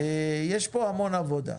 יש פה המון עבודה.